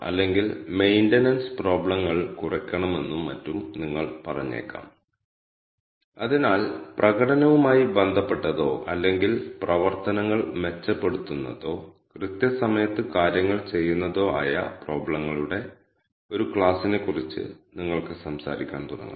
യാത്രകളുടെ ക്ലസ്റ്ററിംഗായി ഞങ്ങൾക്ക് ഈ കേസ് പഠനം ഉണ്ട് പ്രോബ്ലം സ്റ്റേറ്റ്മെന്റ് കാണുമ്പോൾ അതിന്റെ കാരണം നിങ്ങൾക്ക് വ്യക്തമാകും കേസ് സ്റ്റഡിയുടെ പ്രോബ്ലം സ്റ്റേറ്റ്മെന്റ് നമുക്ക് നോക്കാം